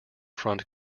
front